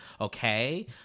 Okay